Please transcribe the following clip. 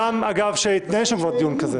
הגם, אגב, שהתנהל השבוע דיון כזה.